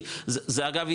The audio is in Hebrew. כי אגב,